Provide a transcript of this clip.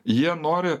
jie nori